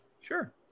sure